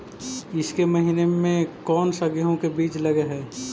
ईसके महीने मे कोन सा गेहूं के बीज लगे है?